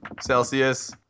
Celsius